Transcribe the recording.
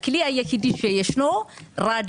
הכלי היחיד רדיו.